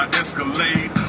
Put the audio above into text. escalate